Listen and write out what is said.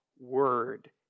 Word